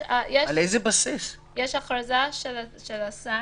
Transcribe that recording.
יש הכרזה של השר.